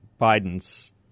Biden's